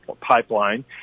pipeline